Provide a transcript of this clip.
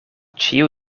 ĉiu